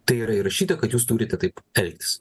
tai yra įrašyta kad jūs turite taip elgtis